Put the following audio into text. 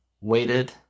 waited